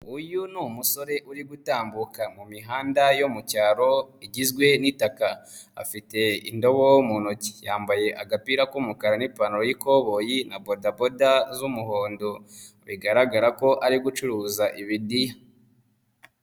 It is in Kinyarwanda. Uyu ni umusore uri gutambuka mu mihanda yo mu cyaro igizwe n'itaka, afite indobo mu ntoki, yambaye agapira k'umukara n'ipantaro y'ikoboyi na bodaboda z'umuhondo, bigaragara ko ari gucuruza ibidiya.